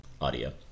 audio